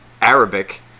Arabic